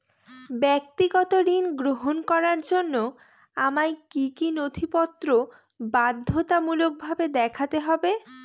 ব্যক্তিগত ঋণ গ্রহণ করার জন্য আমায় কি কী নথিপত্র বাধ্যতামূলকভাবে দেখাতে হবে?